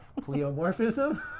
pleomorphism